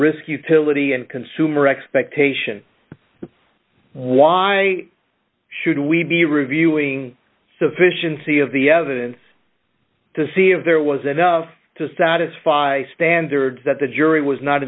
risk utility and consumer expectation why should we be reviewing sufficiency of the evidence to see if there was enough to satisfy standards that the jury was not